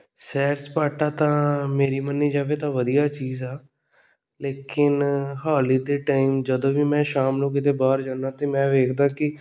ਸੈਰ ਸਪਾਟਾ ਤਾਂ ਮੇਰੀ ਮੰਨੀ ਜਾਵੇ ਤਾਂ ਵਧੀਆ ਚੀਜ਼ ਆ ਲੇਕਿਨ ਹਾਲ ਹੀ ਦੇ ਟਾਈਮ ਜਦੋਂ ਵੀ ਮੈਂ ਸ਼ਾਮ ਨੂੰ ਕਿਤੇ ਬਾਹਰ ਜਾਂਦਾ ਤਾਂ ਮੈਂ ਵੇਖਦਾ ਕਿ